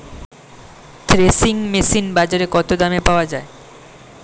Threshing machine বাজারে কত দামে পাওয়া যায়?